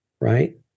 right